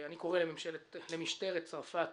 אני קורא למשטרת צרפת